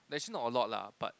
actually not a lot lah but